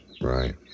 Right